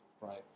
right